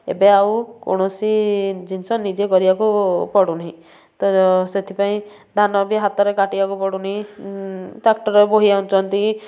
ଏବେ ଆଉ କୌଣସି ଜିନିଷ ନିଜେ କରିବାକୁ ପଡ଼ୁନି ତ ସେଥିପାଇଁ ଧାନ ବି ହାତରେ କାଟିବାକୁ ପଡ଼ୁନି ଟ୍ରାକ୍ଟର ବୋହି ଆଣୁଛନ୍ତି